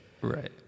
Right